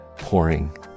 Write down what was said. pouring